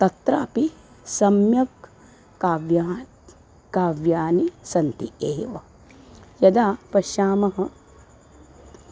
तत्रापि सम्यक् काव्यात् काव्यानि सन्ति एव यदा पश्यामः